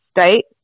state